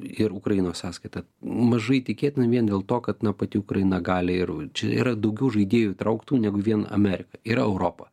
ir ukrainos sąskaita mažai tikėtina vien dėl to kad na pati ukraina gali ir čia yra daugiau žaidėjų įtrauktų negu vien amerika yra europa